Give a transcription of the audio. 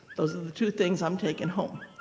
those are the two things i'm taking home.